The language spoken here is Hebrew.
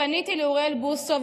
פניתי לאוריאל בוסו,